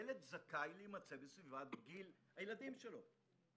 ילד זכאי להימצא בסביבת ילדים בני גילו,